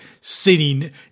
sitting